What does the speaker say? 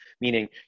meaning